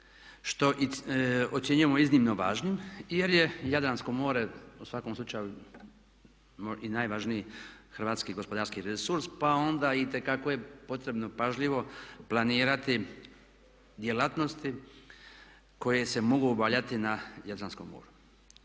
što ocjenjujemo iznimno važnim jer je Jadransko more u svakom slučaju i najvažniji hrvatski gospodarski resurs pa onda itekako je potrebno pažljivo planirati djelatnosti koje se mogu obavljati na Jadranskom moru.